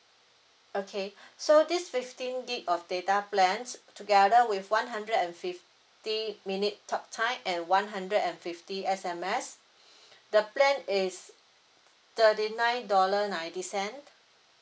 okay so this fifteen gig of data plans together with one hundred and fifty minute talk time and one hundred and fifty S_M_S the plan is thirty nine dollar ninety cent